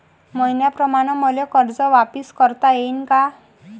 मईन्याप्रमाणं मले कर्ज वापिस करता येईन का?